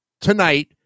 Tonight